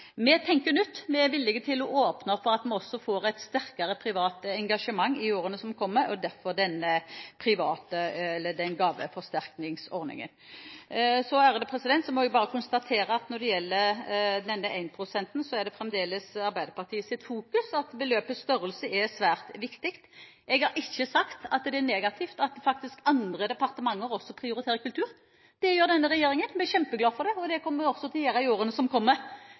Vi tenker nytt, vi er villige til å åpne for at vi også får et sterkere privat engasjement i årene som kommer, og derfor denne gaveforsterkningsordningen. Så må jeg bare konstatere at når det gjelder denne énprosenten, er det fremdeles Arbeiderpartiets fokus at beløpets størrelse er svært viktig. Jeg har ikke sagt at det er negativt at andre departementer også faktisk prioriterer kultur. Det gjør denne regjeringen, og det er vi kjempeglade for, og det kommer vi også til å gjøre i årene som kommer.